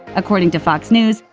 according to fox news,